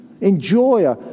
enjoy